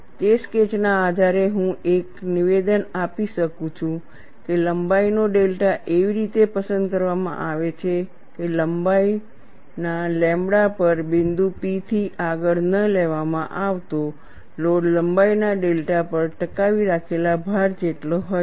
તે સ્કેચ ના આધારે હું એક નિવેદન આપી શકું છું કે લંબાઈનો ડેલ્ટા એવી રીતે પસંદ કરવામાં આવે છે કે લંબાઈના લેમ્બડા પર બિંદુ P થી આગળ ન લેવામાં આવતો લોડ લંબાઈના ડેલ્ટા પર ટકાવી રાખેલા ભાર જેટલો હોય છે